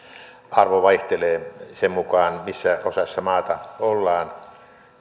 arvo vaihtelee kiinteistöverotuksessa sen mukaan missä osassa maata ollaan